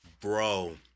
Bro